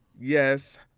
Yes